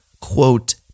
quote